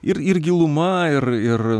ir ir giluma ir ir